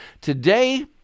Today